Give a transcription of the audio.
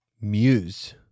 Muse